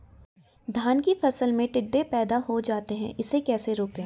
धान की फसल में टिड्डे पैदा हो जाते हैं इसे कैसे रोकें?